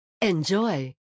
Enjoy